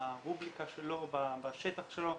ברובריקה שלו, בשטח שלו,